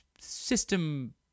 system